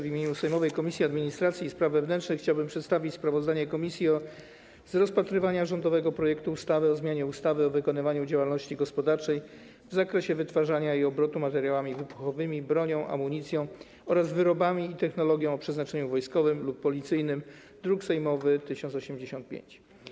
W imieniu sejmowej Komisji Administracji i Spraw Wewnętrznych chciałbym przedstawić sprawozdanie komisji z rozpatrywania rządowego projektu ustawy o zmianie ustawy o wykonywaniu działalności gospodarczej w zakresie wytwarzania i obrotu materiałami wybuchowymi, bronią, amunicją oraz wyrobami i technologią o przeznaczeniu wojskowym lub policyjnym, druk sejmowy nr 1085.